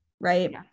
Right